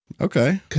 Okay